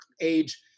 age